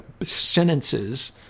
sentences